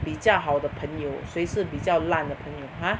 比较好的朋友谁是比较烂的朋友 !huh!